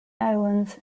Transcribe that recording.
islands